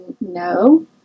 no